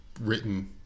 written